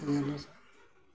ᱢᱟᱥᱮ ᱧᱮᱞ ᱢᱮᱥᱮ